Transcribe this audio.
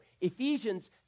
Ephesians